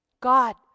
god